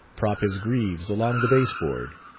prop his greaves along the baseboard,